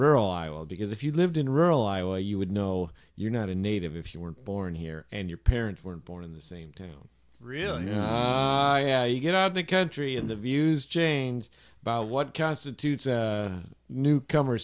rural iowa because if you lived in rural iowa you would know you're not a native if you weren't born here and your parents weren't born in the same town real yeah yeah you get out of the country in the views change about what constitutes a newcomer